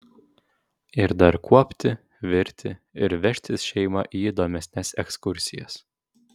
ir dar kuopti virti ir vežtis šeimą į įdomesnes ekskursijas